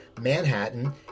Manhattan